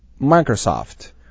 Microsoft